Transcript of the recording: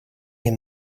him